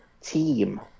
team